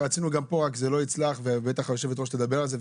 רצינו גם פה רק זה לא יצלח ובטח יושבת הראש תדבר על זה.